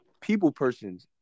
people-persons